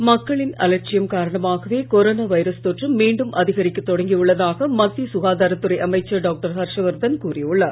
ஹர்ஷவர்தன் மக்களின் அலட்சியம் காரணமாகவே கொரோனா வைரஸ் தொற்று மீண்டும் அதிகரிக்க தொடங்கி உள்ளதாக மத்திய சுகாதார துறை அமைச்சர் டாக்டர் ஹர்ஷவர்தன் கூறி உள்ளார்